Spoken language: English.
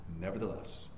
Nevertheless